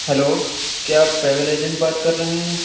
hello کیا آپ travel agent بات کر رہے ہیں